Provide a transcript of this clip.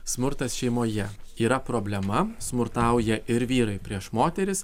smurtas šeimoje yra problema smurtauja ir vyrai prieš moteris